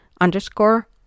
underscore